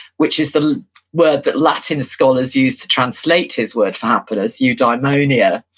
which is the word that latin scholars used to translate his word for happiness, eudaimonia.